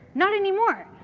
not anymore.